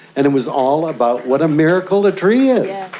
and it was all about what a miracle a tree is.